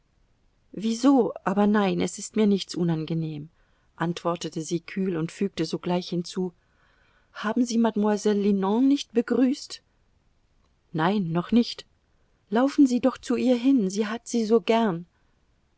wieso aber nein es ist mir nichts unangenehm antwortete sie kühl und fügte sogleich hinzu haben sie mademoiselle linon nicht begrüßt nein noch nicht laufen sie doch zu ihr hin sie hat sie so sehr gern